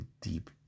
deep